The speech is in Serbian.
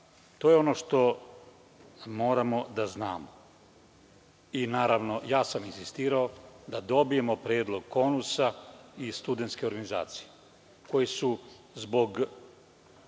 To je ono što moramo da znamo. Naravno, insistirao sam da dobijemo predlog KONUS i Studentske organizacije, koji su zbog